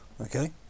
Okay